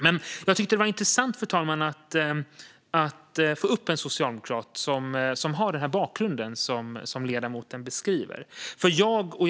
Jag tycker dock att det är intressant att få ha ett replikskifte med en socialdemokrat som har den bakgrund som ledamoten beskriver, fru talman.